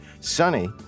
sunny